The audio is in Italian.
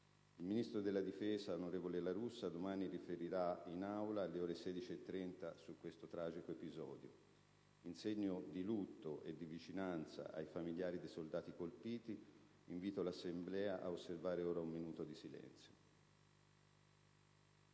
Il ministro della difesa, onorevole La Russa, riferirà domani in Aula, alle ore 16,30, su questo tragico episodio. In segno di lutto e di vicinanza ai familiari dei soldati colpiti, invito l'Assemblea ad osservare un minuto di silenzio.